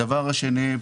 דבר שני,